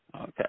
Okay